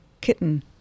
kitten